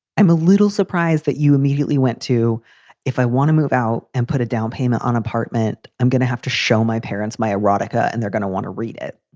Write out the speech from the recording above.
i'm a little surprised that you immediately went to if i want to move out and put a downpayment on apartment. i'm gonna have to show my parents my erotica and they're gonna want to read it.